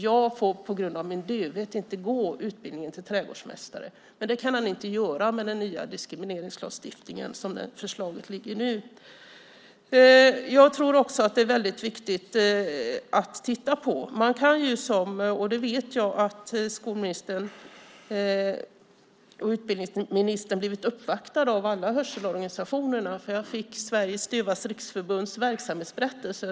Jag får på grund av min dövhet inte gå utbildningen till trädgårdsmästare. Det kan han inte göra med den nya diskrimineringslagstiftningen som förslaget nu föreligger. Det är också väldigt viktigt att titta på en annan sak. Där har skolministern och utbildningsministern blivit uppvaktade av alla hörselorganisationerna. Jag fick Sveriges Dövas Riksförbunds verksamhetsberättelse.